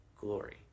glory